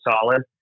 solid